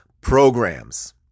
programs